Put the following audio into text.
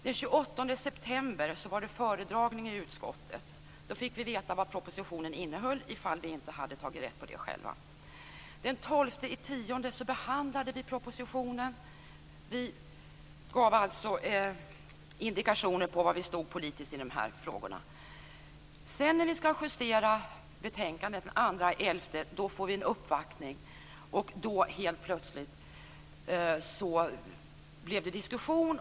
Den 28 september var det föredragning i utskottet. Då fick vi veta vad propositionen innehöll - om vi inte hade tagit rätt på det själva. Den 12 oktober behandlade vi propositionen. Vi gav indikationer på var vi stod politiskt i frågorna. Den 2 november, när vi ska justera betänkandet, kommer det en uppvaktning till utskottet. Då blev det diskussion.